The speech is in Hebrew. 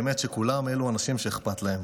באמת כולם אנשים שאכפת להם.